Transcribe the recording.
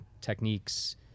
techniques